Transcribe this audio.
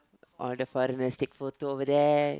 or the father must take photo over there